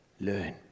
learn